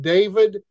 David